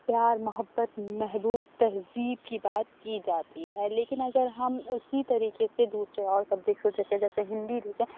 پیار محبت محبوب تہذیب کی بات کی جاتی ہے لیکن اگر ہم اسی طریقے سے دوسرے اور سبجیکٹس کو دیکھیں جیسے ہندی دیکھیں